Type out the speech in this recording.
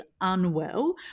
Unwell